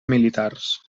militars